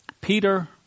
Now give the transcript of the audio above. Peter